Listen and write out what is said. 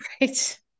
Right